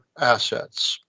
assets